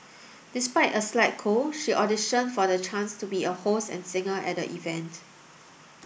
despite a slight cold she auditioned for the chance to be a host and a singer at the event